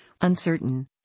uncertain